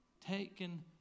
taken